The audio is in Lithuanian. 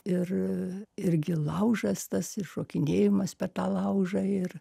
ir irgi laužas tas šokinėjimas per tą laužą ir